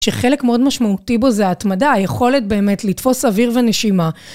שחלק מאוד משמעותי בו זה ההתמדה, היכולת באמת לתפוס אוויר ונשימה.